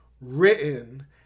written